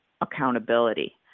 accountability